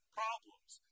problems